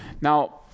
Now